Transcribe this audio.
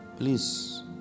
Please